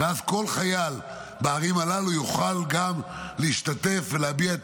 ואז כל חייל בערים הללו יוכל גם להשתתף ולהביע את